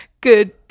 Good